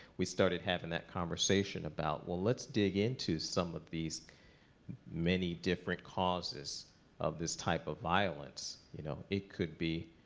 we started having that conversation about, well, let's dig into some of these many different causes of this type of violence. you know? it could be